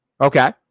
Okay